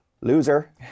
Loser